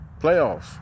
Playoffs